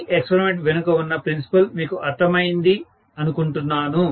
ఈ ఎక్స్పరిమెంట్ వెనుక ఉన్న ప్రిన్సిపల్ మీకు అర్థం అయింది అనుకుంటున్నాను